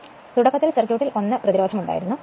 അതിനാൽ തുടക്കത്തിൽ സർക്യൂട്ടിൽ 1 പ്രതിരോധം ഉണ്ടായിരുന്നു